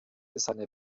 seine